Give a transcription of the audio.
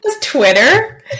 Twitter